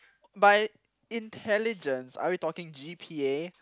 by intelligence are we talking G_P_A